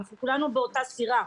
כולנו באותה סירה.